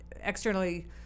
externally